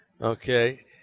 okay